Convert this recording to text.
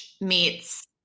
meets